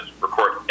record